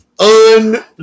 un-